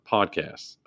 Podcasts